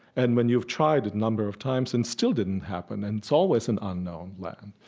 and when you've tried a number of times and still didn't happen, and it's always an unknown land,